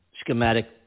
schematic